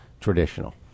traditional